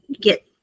get